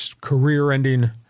career-ending